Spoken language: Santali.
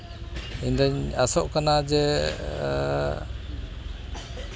ᱤᱧᱫᱩᱧ ᱟᱥᱚᱜ ᱠᱟᱱᱟ ᱡᱮ